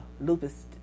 lupus